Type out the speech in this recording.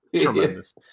Tremendous